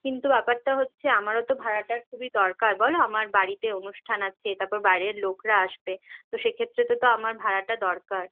কিন্তু ব্যাপারটা হচ্ছে আমারও তো ভাড়াটার খুবই দরকার বলো আমার বাড়িতে অনুষ্ঠান আছে তারপর বাইরের লোকরা আসবে তো সেক্ষেত্রে তো আমার ভাড়াটা দরকার